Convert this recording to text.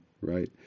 right